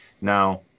Now